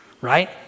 Right